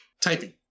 typing